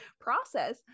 process